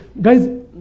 Guys